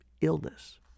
illness